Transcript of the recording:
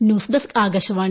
nude desk Akashvani